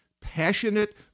passionate